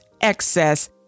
excess